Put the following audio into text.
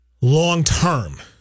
long-term